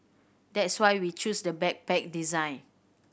that's why we chose the backpack design